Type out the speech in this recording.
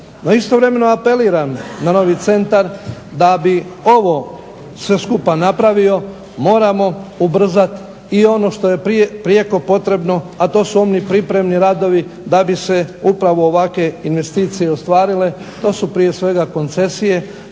istovremeno apeliram na novi centar da bi ovo sve skupa napravio moramo ubrzati i ono što je prijeko potrebno, a to su oni pripremni radovi da bi se upravo ovakve investicije i ostvarile. To su prije svega koncesije